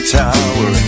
tower